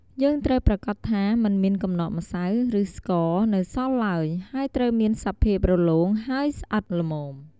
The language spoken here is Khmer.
យើងត្រូវប្រាកដថាមិនមានកំណកម្សៅ ឬស្ករនៅសល់ឡើយ ហើយត្រូវមានសភាពរលោងហើយស្អិតល្មម។